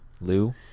Lou